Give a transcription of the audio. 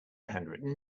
handwritten